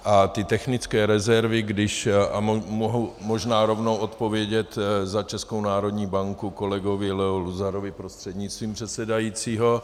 A ty technické rezervy, když a mohu možná rovnou odpovědět za Českou národní banku kolegovi Leo Luzarovi prostřednictvím předsedajícího.